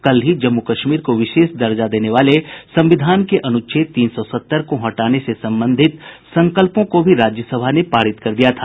कल ही जम्मू कश्मीर को विशेष दर्जा देने वाले संविधान के अनुच्छेद तीन सौ सत्तर को हटाने से संबंधित संकल्पों को भी राज्यसभा ने पारित कर दिया था